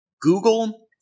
Google